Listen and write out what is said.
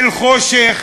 אל החושך